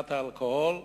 מכת האלכוהול.